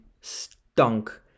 stunk